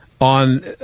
on